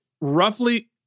roughly